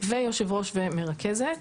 ויושב-ראש ומרכזת.